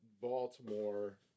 Baltimore